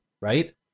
right